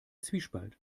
zwiespalt